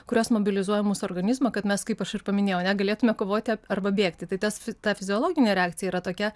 kurios mobilizuoja mūs organizmą kad mes kaip aš ir paminėjau ar ne negalėtume kovoti arba bėgti tai tas ta fiziologinė reakcija yra tokia